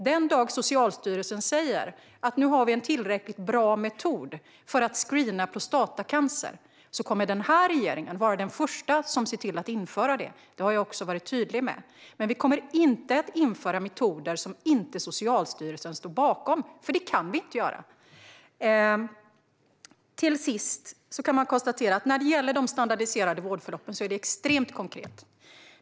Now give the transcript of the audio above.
Den dagen Socialstyrelsen säger att nu har vi en tillräckligt bra metod för att screena prostatacancer kommer den här regeringen att vara den första att se till att införa det. Det har jag också varit tydlig med. Men vi kommer inte att införa metoder som inte Socialstyrelsen står bakom. Det kan vi inte göra. Till sist kan man konstatera att när det gäller de standardiserade vårdförloppen är det extremt konkret.